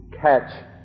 catch